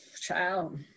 Child